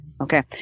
Okay